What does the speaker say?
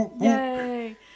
Yay